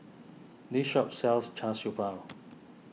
this shop sells Char Siew Bao